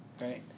right